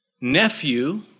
nephew